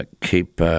keep